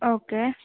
okay